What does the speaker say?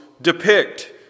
depict